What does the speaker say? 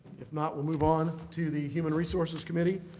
if not, we'll move on to the human resources committee.